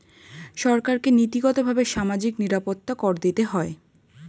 সরকারকে নীতিগতভাবে সামাজিক নিরাপত্তা কর দিতে হয়